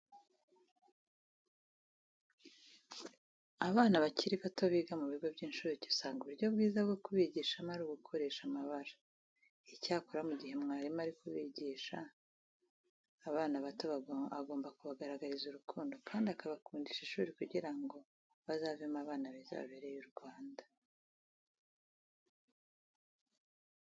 Abana bakiri bato biga mu bigo by'incuke usanga uburyo bwiza bwo kubigishamo ari ugukoresha amabara. Icyakora mu gihe umwarimu ari kwigisha abana bato agomba kubagaragariza urukundo kandi akabakundisha ishuri kugira ngo bazavemo abana beza babereye u Rwanda.